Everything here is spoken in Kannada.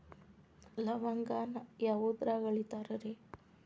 ಲವಂಗಾನ ಯಾವುದ್ರಾಗ ಅಳಿತಾರ್ ರೇ?